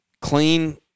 clean